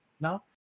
now